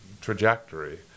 trajectory